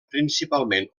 principalment